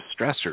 stressors